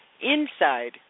inside